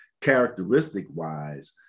characteristic-wise